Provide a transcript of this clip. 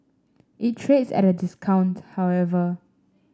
it trades at a discount however